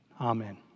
Amen